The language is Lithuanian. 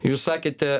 jūs sakėte